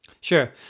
Sure